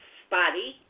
spotty